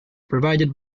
provided